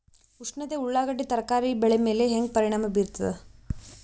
ಉಷ್ಣತೆ ಉಳ್ಳಾಗಡ್ಡಿ ತರಕಾರಿ ಬೆಳೆ ಮೇಲೆ ಹೇಂಗ ಪರಿಣಾಮ ಬೀರತದ?